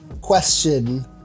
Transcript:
question